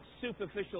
superficial